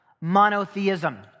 monotheism